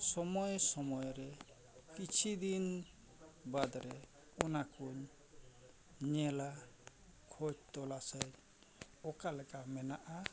ᱥᱚᱢᱚᱭ ᱥᱚᱢᱚᱭ ᱨᱮ ᱠᱤᱪᱷᱤ ᱫᱤᱱ ᱵᱟᱫ ᱨᱮ ᱚᱱᱟ ᱠᱩᱧ ᱧᱮᱞᱟ ᱠᱷᱚᱡᱽ ᱛᱚᱞᱟᱥᱟᱹᱧ ᱚᱠᱟ ᱞᱮᱠᱟ ᱢᱮᱱᱟᱜᱼᱟ